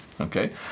okay